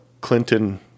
Clinton